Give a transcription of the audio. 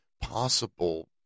possible